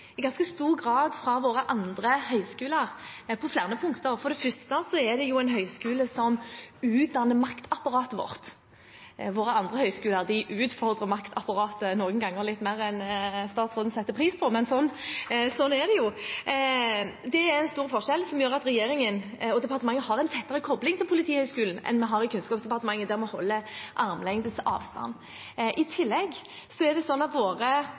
i ganske stor grad fra våre andre høyskoler på flere punkter. For det første er det en høyskole som utdanner maktapparatet vårt. Våre andre høyskoler utfordrer noen ganger maktapparatet litt mer enn statsråden setter pris på, men sånn er det jo. Det er en stor forskjell som gjør at regjeringen og departementet har en tettere kobling til Politihøgskolen enn vi har i Kunnskapsdepartementet, der vi holder armlengdes avstand. I tillegg er det sånn at våre